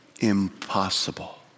Impossible